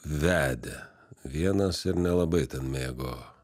vedė vienas ir nelabai mėgo